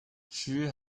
she